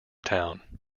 town